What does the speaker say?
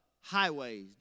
highways